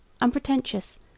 unpretentious